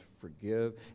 forgive